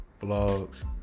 vlogs